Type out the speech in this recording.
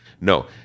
No